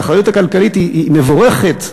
האחריות הכלכלית היא מבורכת,